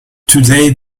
today